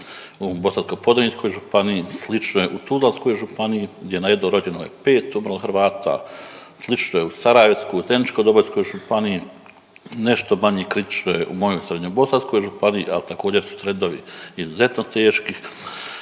se ne razumije./... županiji, slično je u Tuzlanskoj županiji gdje na 1 rođeno je 5 umrlo Hrvata, slično je u sarajevsku, u Zeničko-dobojskoj županiji, nešto manje kritično je u mojoj srednjobosanskoj županiji, ali također su trendovi izuzetno teški,